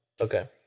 Okay